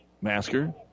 Masker